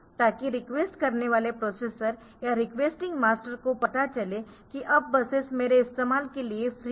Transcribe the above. ताकि रिक्वेस्ट करने वाले प्रोसेसर या रिक्वेस्टिंग मास्टर को पता चले कि अब बसेस मेरे इस्तेमाल के लिए फ्री है